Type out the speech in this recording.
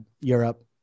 Europe